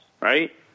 right